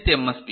B அல்லது L